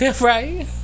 Right